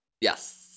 Yes